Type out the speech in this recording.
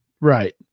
Right